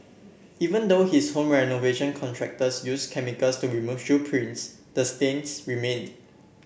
even though his home renovation contractors used chemicals to remove shoe prints the stains remained